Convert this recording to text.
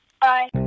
Bye